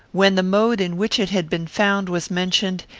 when the mode in which it had been found was mentioned,